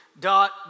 dot